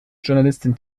journalistin